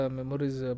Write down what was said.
memories